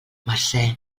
mercè